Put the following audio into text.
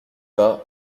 pas